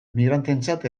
migranteentzat